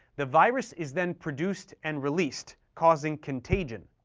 the virus is then produced and released, causing contagion.